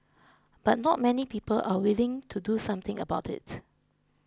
but not many people are willing to do something about it